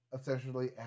essentially